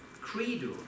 credo